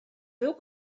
był